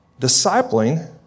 discipling